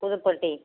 Pudupatti